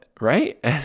right